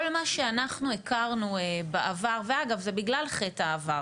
כל מה שאנחנו הכרנו בעבר ואגב, זה בגלל חטא העבר